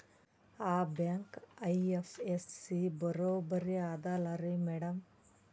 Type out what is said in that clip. ಆ bank IFSC ಬರೊಬರಿ ಅದಲಾರಿ ಮ್ಯಾಡಂ?